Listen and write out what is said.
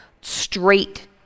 straight